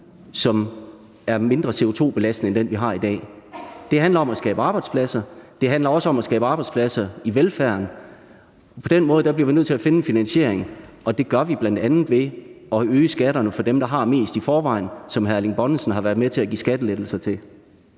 som er mindre CO2-belastende end den, vi har i dag. Det handler om at skabe arbejdspladser. Det handler også om at skabe arbejdspladser i velfærden, og derfor bliver vi nødt til at finde en finansiering, og det gør vi bl.a. ved at øge skatterne for dem, der har mest i forvejen, og som hr. Erling Bonnesen har været med til at give skattelettelser til.